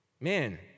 Man